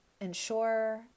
ensure